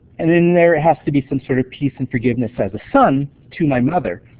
and then there has to be some sort of peace and forgiveness as the son to my mother.